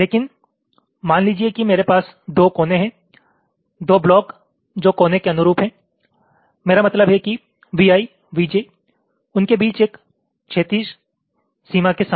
लेकिन मान लीजिए कि मेरे पास 2 कोने हैं 2 ब्लॉक जो कोने के अनुरूप हैं मेरा मतलब है कि Vi Vj उनके बीच एक क्षैतिज सीमा के साथ